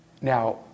Now